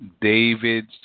David's